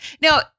Now